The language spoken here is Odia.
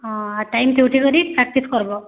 ହଁ ଆର୍ ଟାଇମ୍ଥି ଉଠିକରି ପ୍ରାକ୍ଟିସ୍ କର୍ବ